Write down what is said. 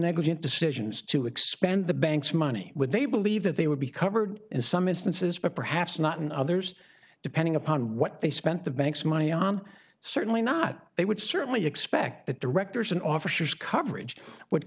negligent decisions to expend the bank's money when they believe that they would be covered in some instances but perhaps not in others depending upon what they spent the bank's money on certainly not they would certainly expect that directors and officers coverage would